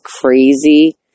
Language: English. crazy